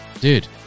dude